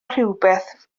rhywbeth